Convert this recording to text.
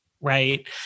right